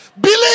Believe